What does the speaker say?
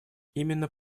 именно